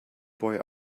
boy